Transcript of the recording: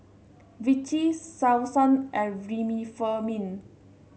Vichy Selsun and Remifemin